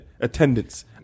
attendance